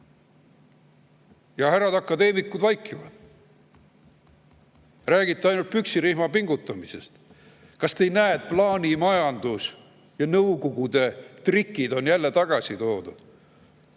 Ja härrad akadeemikud vaikivad, te räägite ainult püksirihma pingutamisest. Kas te ei näe, et plaanimajandus ja Nõukogude trikid on jälle tagasi toodud?